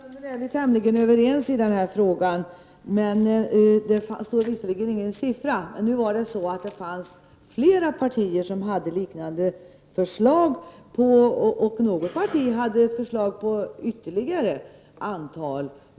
Fru talman! Jag tror att vi i grunden är tämligen överens i den här frågan. Det står visserligen ingen siffra, men det fanns flera partier som hade liknande förslag. Något parti hade förslag om ytterligare ett antal flyktingar.